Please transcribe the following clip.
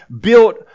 built